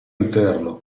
interno